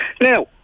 Now